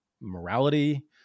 morality